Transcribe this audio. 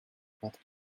but